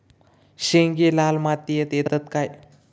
शेंगे लाल मातीयेत येतत काय?